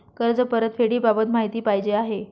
कर्ज परतफेडीबाबत माहिती पाहिजे आहे